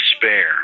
despair